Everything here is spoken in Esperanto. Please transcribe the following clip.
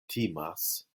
timas